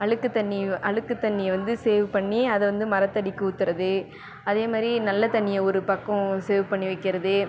அழுக்கு தண்ணி அழுக்கு தண்ணியை வந்து சேவ் பண்ணி அதை வந்து மரத்தடிக்கு ஊற்றுறது அதே மாரி நல்ல தண்ணியை ஒரு பக்கம் சேவ் பண்ணி வெக்கிறது